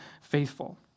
faithful